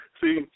See